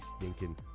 stinking